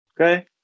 okay